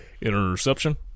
Interception